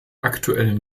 aktuellen